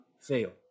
fail